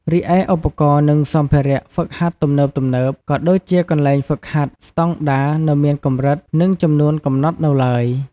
រីឯឧបករណ៍ និងសម្ភារៈហ្វឹកហាត់ទំនើបៗ ក៏ដូចជាកន្លែងហ្វឹកហាត់ស្តង់ដារ នៅមានកម្រិត និងចំនួនកំណត់នៅឡើយ។